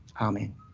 Amen